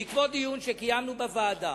בעקבות דיון שקיימנו בוועדה,